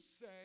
say